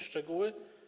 Szczegóły?